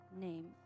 name